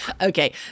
Okay